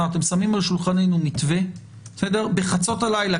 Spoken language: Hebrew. אתם שמים על שולחננו מתווה בחצות הלילה,